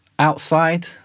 Outside